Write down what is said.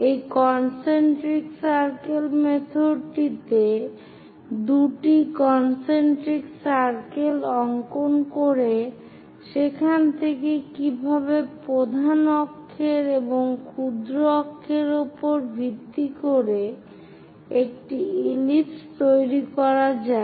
এই concentric circle মেথডটিতে দুটি কন্সেন্ত্রিক সার্কেল অংকন করে সেখান থেকে কিভাবে প্রধান অক্ষের এবং ক্ষুদ্র অক্ষের উপর ভিত্তি করে একটি ইলিপস তৈরি করা যায়